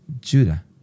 Judah